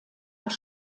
das